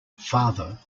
father